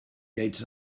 gates